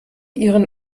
ihren